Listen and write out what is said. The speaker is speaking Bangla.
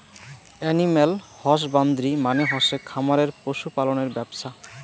এনিম্যাল হসবান্দ্রি মানে হসে খামারে পশু পালনের ব্যপছা